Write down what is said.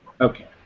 Okay